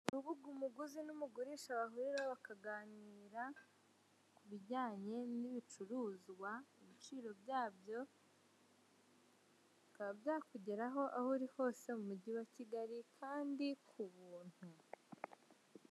Urubuga umuguzi n'umugurisha bahuriraho bakaganira ku bijyanye n'ibicuruzwa, ibiciro byabyo bikaba byakugeraho aho uri hose mu mugi wa Kigali kandi ku buntu.